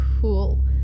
Cool